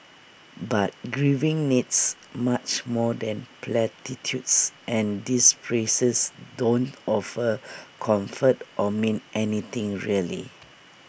but grieving needs much more than platitudes and these phrases don't offer comfort or mean anything really